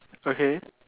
okay